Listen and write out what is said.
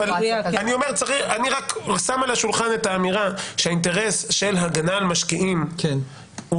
אבל אני רק שם על השולחן את האמירה שהאינטרס של הגנה על משקיעים הוא